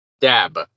Dab